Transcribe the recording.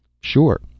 Sure